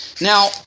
Now